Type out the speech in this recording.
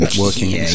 working